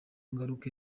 ngaruke